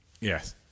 Yes